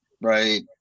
right